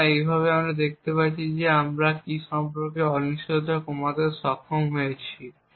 সুতরাং এইভাবে আমরা দেখতে পাচ্ছি যে আমরা কী সম্পর্কে অনিশ্চয়তা কমাতে সক্ষম হয়েছি